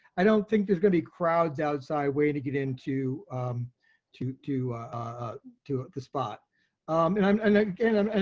i don't think there's going to be crowds outside way to get into to to to the spot and um and again, um and